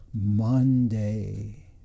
Monday